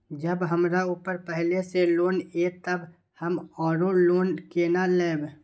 जब हमरा ऊपर पहले से लोन ये तब हम आरो लोन केना लैब?